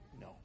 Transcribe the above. No